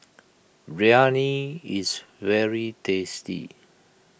Biryani is very tasty